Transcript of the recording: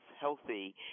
healthy